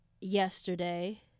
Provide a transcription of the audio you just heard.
yesterday